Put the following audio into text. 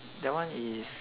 that one is